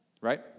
right